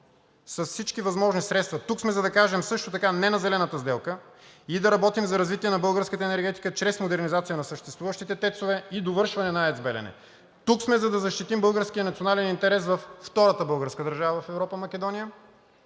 с всички възможни средства. Тук сме, за да кажем също така: „не“ на Зелената сделка и да работим за развитие на българската енергетика чрез модернизация на съществуващите тецове и довършване на АЕЦ „Белене“. Тук сме, за да защитим българския национален интерес във втората българска държава в Европа – Македония.